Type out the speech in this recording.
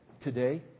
today